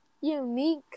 unique